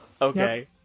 okay